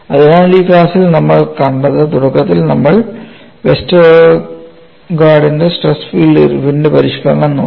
അതിനാൽ ഈ ക്ലാസ്സിൽ നമ്മൾ കണ്ടത് തുടക്കത്തിൽ നമ്മൾ വെസ്റ്റർഗാർഡിന്റെ സ്ട്രെസ് ഫീൽഡിൽ ഇർവിന്റെ പരിഷ്ക്കരണം നോക്കി